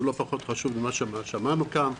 לא פחות חשוב ממה ששמענו כאן,